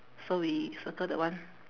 so we circle that one